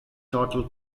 total